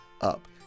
up